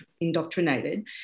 indoctrinated